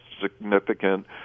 significant